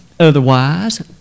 Otherwise